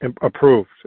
approved